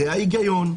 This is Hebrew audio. זה ההיגיון,